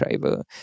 driver